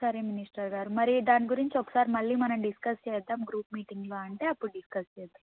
సరే మినిస్టర్ గారు మరి దాని గురించి ఒకసారి మళ్ళీ మనం డిస్కస్ చేద్దాం గ్రూప్ మీటింగ్లో అంటే అప్పుడు డిస్కస్ చేద్దాం